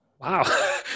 wow